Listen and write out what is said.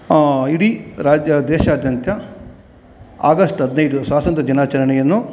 ಇಡೀ ರಾಜ್ಯ ದೇಶಾದ್ಯಂತ ಆಗಸ್ಟ್ ಹದಿನೈದು ಸ್ವಾತಂತ್ರ್ಯ ದಿನಾಚರಣೆಯನ್ನು